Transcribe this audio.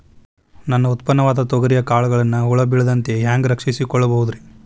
ನನ್ನ ಉತ್ಪನ್ನವಾದ ತೊಗರಿಯ ಕಾಳುಗಳನ್ನ ಹುಳ ಬೇಳದಂತೆ ಹ್ಯಾಂಗ ರಕ್ಷಿಸಿಕೊಳ್ಳಬಹುದರೇ?